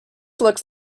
looks